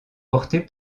porté